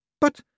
But